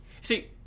See